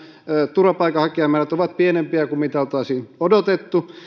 turvapaikkamäärät ovat pienempiä kuin mitä olisi odotettu